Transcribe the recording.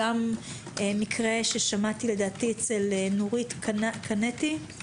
מקרה ששמעתי אצל נורית קנטי,